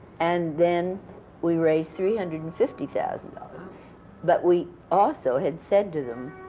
and then we raised three hundred and fifty thousand but we also had said to them,